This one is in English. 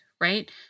right